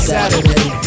Saturday